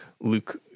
Luke